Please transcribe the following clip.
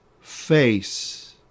face